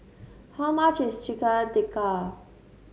how much is Chicken Tikka